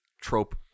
trope